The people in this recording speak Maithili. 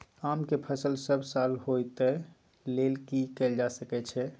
आम के फसल सब साल होय तै लेल की कैल जा सकै छै?